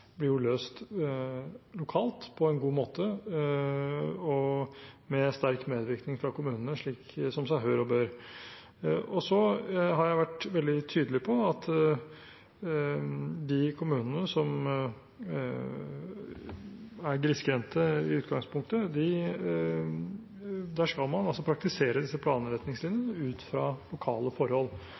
blir løst lokalt på en god måte og med sterk medvirkning fra kommunene, som seg hør og bør. Så har jeg vært veldig tydelig på at i de kommunene som er grisgrendte i utgangspunktet, skal man praktisere disse planretningslinjene ut fra lokale forhold.